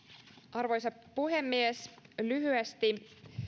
arvoisa puhemies lyhyesti